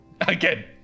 again